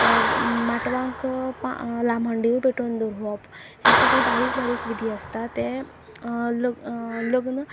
माटवांक लामण दिवो पेटोवन दवरप हे सगळे बारीक बारीक विधी आसता ते लग् लग्न